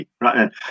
right